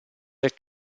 del